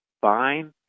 fine